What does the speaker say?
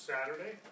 Saturday